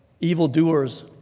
evildoers